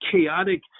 chaotic